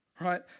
Right